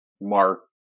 Mark